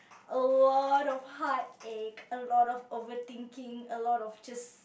a lot of heartache a lot of overthinking a lot of just